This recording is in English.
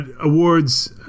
awards